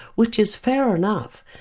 which is fair enough,